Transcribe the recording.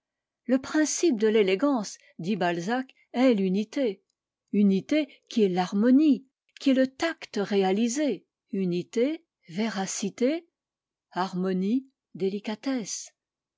le principe de l'élégance dit balzac est l'unité unité qui est l'harmonie qui est le tact réalisé unité véracité harmonie